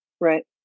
Right